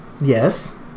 yes